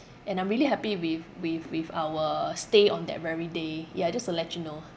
and I'm really happy with with with our stay on that very day yeah just to let you know